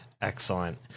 Excellent